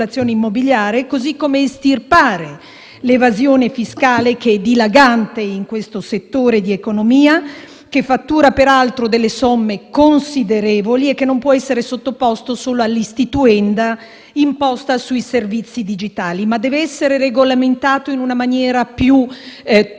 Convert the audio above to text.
immobiliare, così come estirpare l'evasione fiscale dilagante in questo settore di economia, che fattura peraltro delle somme considerevoli e che non può essere sottoposto solo all'istituenda imposta sui servizi digitali, ma deve essere regolamentato in una maniera più totale